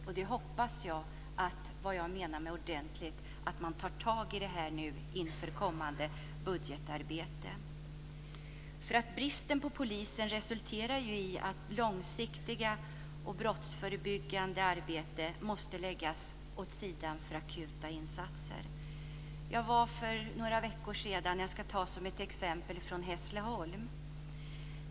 Jag hoppas att man tar tag i det här nu inför kommande budgetarbete. Bristen på poliser resulterar i att långsiktigt brottsförebyggande arbete måste läggas åt sidan för akuta insatser. Jag ska nämna ett exempel. För tre veckor sedan var jag i Hässleholm.